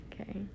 Okay